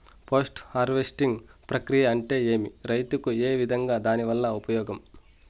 Post harvesting ప్రక్రియ అంటే ఏమి? రైతుకు ఏ విధంగా దాని వల్ల ఉపయోగం?